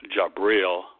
Jabril